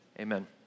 amen